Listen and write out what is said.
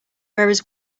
whereas